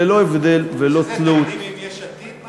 ללא הבדל וללא תלות, יש איזה תקדים עם יש עתיד?